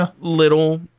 little